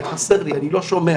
וחסר לי, אני לא שומע.